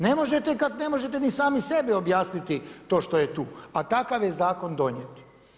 Ne možete kada ne možete ni sami sebi objasniti to što je tu, a takav je zakon donijet.